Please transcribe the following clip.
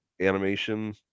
animation